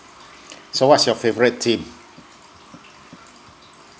so what's your favourite team